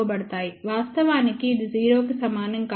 వాస్తవానికి ఇది 0 కి సమానం కాదు